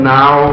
now